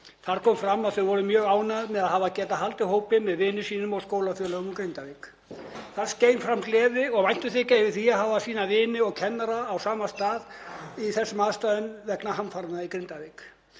Þar kom fram að þau voru mjög ánægð með að hafa getað haldið hópinn með vinum sínum og skólafélögum úr Grindavík. Það skein af þeim gleði og væntumþykja yfir því að hafa vini sína og kennara á sama stað í þessum aðstæðum vegna hamfaranna í Grindavík.